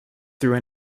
through